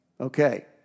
Okay